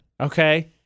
Okay